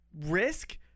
risk